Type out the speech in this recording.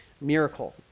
miracle